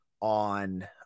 on